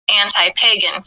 anti-pagan